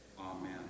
Amen